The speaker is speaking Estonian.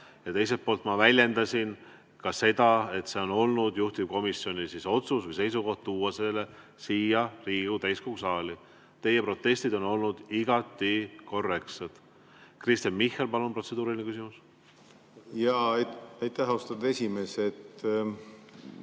ja teiselt poolt ma väljendasin ka seda, et see on olnud juhtivkomisjoni otsus või seisukoht tuua see siia Riigikogu täiskogu saali. Teie protestid on olnud igati korrektsed. Kristen Michal, palun, protseduuriline küsimus! Aitäh! Ei ole,